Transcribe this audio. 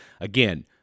Again